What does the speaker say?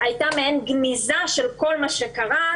הייתה מעין גניזה של כל מה שקרה,